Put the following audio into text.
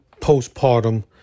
postpartum